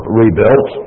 rebuilt